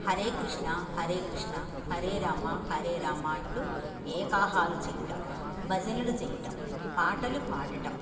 హరే కృష్ణ హరే కృష్ణ హరే రామ హరే రామ అంటూ ఏకాహాలు చేయటం భజనలు చేయటం పాటలు పాడటం